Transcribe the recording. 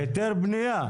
היתר בנייה,